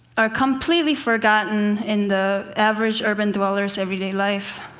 are completely forgotten in the average urban dweller's everyday life.